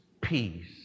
peace